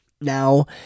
Now